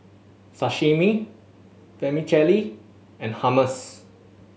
Sashimi Vermicelli and Hummus